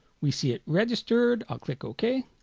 we see it registered i'll click ok